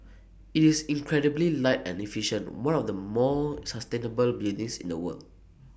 IT is incredibly light and efficient one of the more sustainable buildings in the world